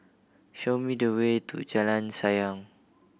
show me the way to Jalan Sayang